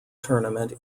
tournament